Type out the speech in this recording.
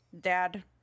dad